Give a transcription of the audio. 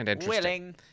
willing